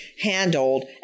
handled